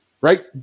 Right